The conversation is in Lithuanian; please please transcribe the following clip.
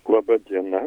laba diena